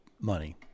money